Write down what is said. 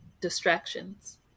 distractions